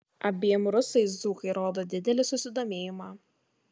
abiem rusais dzūkai rodo didelį susidomėjimą